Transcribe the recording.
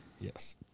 Yes